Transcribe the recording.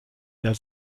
der